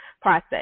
process